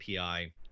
API